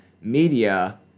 media